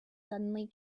suddenly